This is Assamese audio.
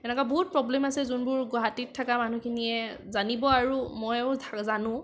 এনেকুৱা বহুত প্ৰবলেম আছে যোনবোৰ গুৱাহাটীত থকা মানুহখিনিয়ে জানিব আৰু ময়ো জানোঁ